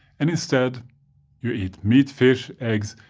and instead you eat meat, fish, eggs,